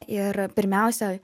ir pirmiausia